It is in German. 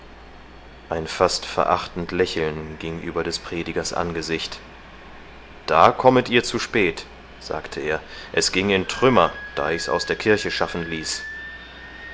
ein fast verachtend lächeln ging über des predigers angesicht da kommet ihr zu spät sagte er es ging in trümmer da ich's aus der kirche schaffen ließ